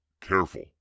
careful